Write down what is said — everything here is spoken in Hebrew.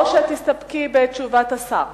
או שתסתפקי בתשובת השר